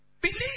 believe